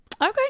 Okay